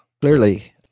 Clearly